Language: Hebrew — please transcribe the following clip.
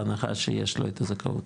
בהנחה שיש לו את הזכאות,